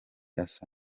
asa